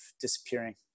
disappearing